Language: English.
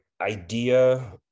idea